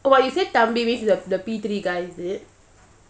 !wah! you said thambi is the the P three guy os it